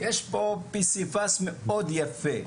יש בו פסיפס מאוד יפה,